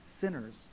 sinners